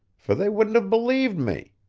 for they wouldn't have believed me.